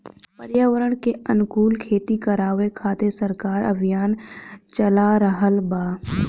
पर्यावरण के अनुकूल खेती करावे खातिर सरकार अभियान चाला रहल बा